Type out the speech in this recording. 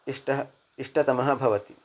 इष्टः इष्टतमः भवति